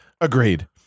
Agreed